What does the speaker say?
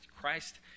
Christ